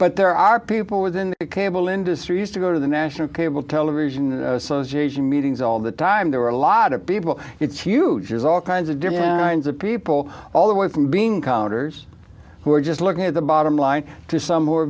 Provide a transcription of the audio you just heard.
but there are people within the cable industry used to go to the national cable television and associations meetings all the time there are a lot of people it's huge there's all kinds of different kinds of people all the way from being counters who are just looking at the bottom line to some more